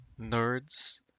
nerds